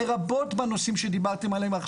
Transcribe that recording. לרבות בנושאים שדיברתם עליהם.